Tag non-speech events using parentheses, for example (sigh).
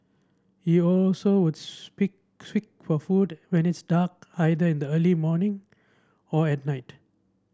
he also would (unintelligible) squeak for food when it's dark either in the early morning or at night